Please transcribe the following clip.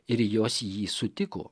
ir jos jį sutiko